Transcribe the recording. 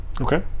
Okay